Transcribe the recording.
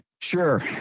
Sure